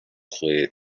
clear